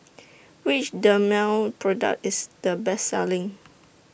Which Dermale Product IS The Best Selling